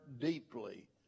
deeply